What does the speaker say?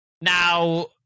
Now